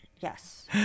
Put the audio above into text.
Yes